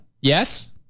Yes